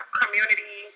community